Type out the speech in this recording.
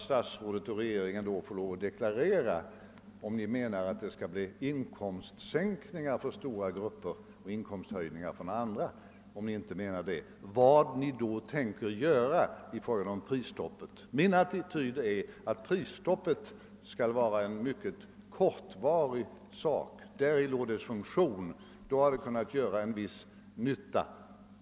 Statsrå det och regeringen måste då deklarera, om ni menar, att det skall bli inkomstsänkningar för stora grupper och inkomsthöjningar för andra och, ifall ni inte menar det, säga vad ni då tänker göra i fråga om Pprisstoppet. Min attityd är att prisstopp skall vara någonting mycket kortvarigt. Däri ligger dess funktion. Då hade det kunnat göra en viss nytta.